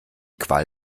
qual